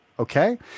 Okay